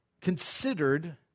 considered